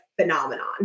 phenomenon